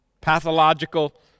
Pathological